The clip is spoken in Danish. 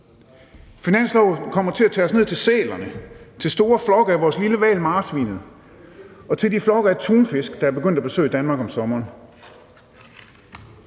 Finansloven kommer til at tage os ned til sælerne, til store flokke af marsvin, vores små hvaler, og til de flokke af tunfisk, der er begyndt at besøge Danmark om sommeren.